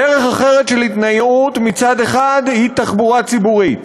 דרך אחרת של התנייעות היא תחבורה ציבורית,